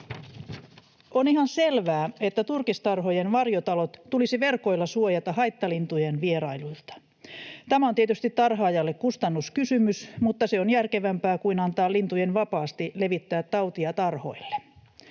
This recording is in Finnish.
On ihan selvää, että turkistarhojen varjotalot tulisi verkoilla suojata haittalintujen vierailuilta. Tämä on tietysti tarhaajalle kustannuskysymys, mutta se on järkevämpää kuin antaa lintujen vapaasti levittää tautia tarhoille.